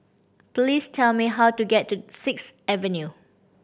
please tell me how to get to Sixth Avenue